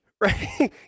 right